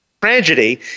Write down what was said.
tragedy